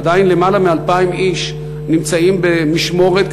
עדיין למעלה מ-2,000 איש נמצאים במשמורת,